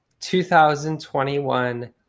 2021